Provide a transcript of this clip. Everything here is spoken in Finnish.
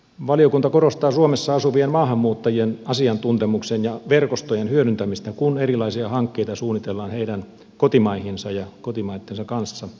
valiokunta korostaa suomessa asuvien maahanmuuttajien asiantuntemuksen ja verkostojen hyödyntämistä kun erilaisia hankkeita suunnitellaan heidän kotimaihinsa ja kotimaittensa kanssa